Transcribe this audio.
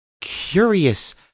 curious